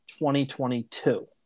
2022